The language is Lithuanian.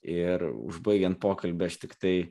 ir užbaigiant pokalbį aš tiktai